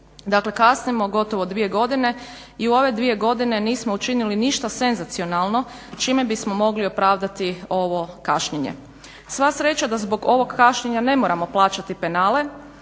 dakle kasnimo gotovo dvije godine i u ove dvije godine nismo učinili ništa senzacionalno čime bismo mogli opravdati ovo kašnjenje. Sva sreća da zbog ovog kašnjenja ne moramo plaćati penale,